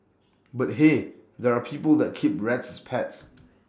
but hey there are people that keep rats as pets